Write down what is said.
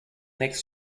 next